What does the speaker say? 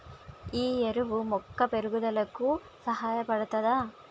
ఈ ఎరువు మొక్క పెరుగుదలకు సహాయపడుతదా?